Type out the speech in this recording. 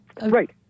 Right